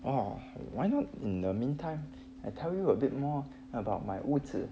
oh why not in the meantime I tell you a bit more about my 屋子